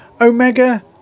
Omega